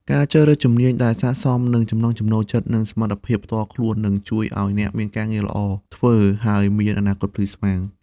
ការជ្រើសរើសជំនាញដែលស័ក្តិសមនឹងចំណង់ចំណូលចិត្តនិងសមត្ថភាពផ្ទាល់ខ្លួននឹងជួយឱ្យអ្នកមានការងារល្អធ្វើ ហើយមានអនាគតភ្លឺស្វាង។